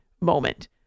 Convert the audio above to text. moment